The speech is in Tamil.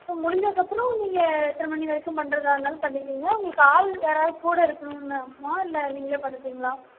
ஸோ முடிஞ்சதுக்கு அப்புறோம் நீங்கள் எத்தனை மணி வரைக்கும் பண்ணுறதா இருந்தாலும் பண்ணிக்கிங்க உங்களுக்கு ஆள் யாராவது கூட இருக்கணும் மா இல்லை நீங்களே பார்த்துப்பீங்களா